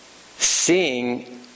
seeing